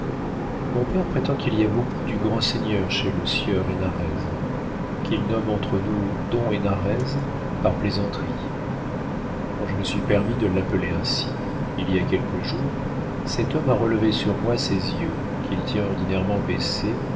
mon père prétend qu'il y a beaucoup du grand seigneur chez le sieur henarez qu'il nomme entre nous don henarez par plaisanterie quand je me suis permis de l'appeler ainsi il y a quelques jours cet homme a relevé sur moi ses yeux qu'il tient ordinairement baissés